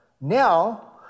now